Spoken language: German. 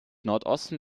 nordosten